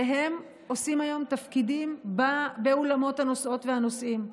והם עושים היום תפקידים באולמות הנוסעות והנוסעים.